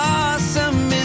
awesome